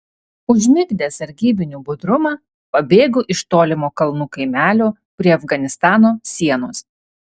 užmigdęs sargybinių budrumą pabėgo iš tolimo kalnų kaimelio prie afganistano sienos